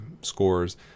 scores